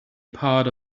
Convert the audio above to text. part